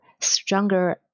stronger